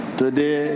today